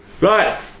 Right